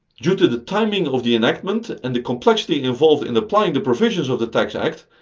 due to the timing of the enactment and the complexity involved in applying the provisions of the tax act,